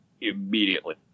immediately